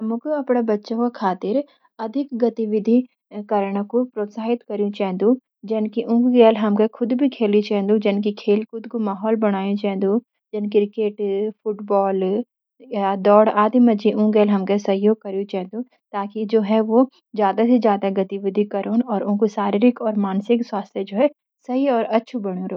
हमूक अपडा बच्चों का खातिर अधिक गतिविधि करन कु प्रोत्साहित क्रयू चेंदू। जन की उनकी गैल हमूक खुद भी खेल्यू चेंदू जन की खेल कूद कु माहौल बनयूं चेंदू। जन की क्रिकेट, फुटबॉल, दौड़ आदि मंजी हमके ऊं गैल सहयोग क्रयू चेंदू ताकि जु है ऊ ज्यादा सी ज्यादा गतिविधि करूंन और उनकु शारीरिक और मानसिक स्वास्थ्य सही और अछू बन्यू रहु।